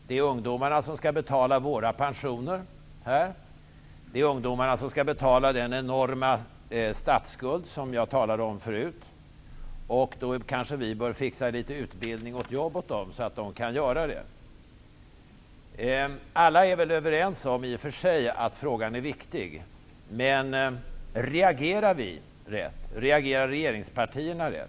Det är ungdomarna som skall betala våra pensioner, och det är ungdomarna som skall betala den enorma statsskuld som jag talade om förut. Då kanske vi bör fixa utbildning och jobb åt dem, så att de kan göra det. Alla är väl i och för sig överens om att frågan är viktig, men reagerar vi rätt? Reagerar regeringspartierna rätt?